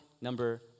number